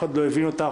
אף אחד לא הבין אותה,